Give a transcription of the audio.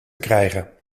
krijgen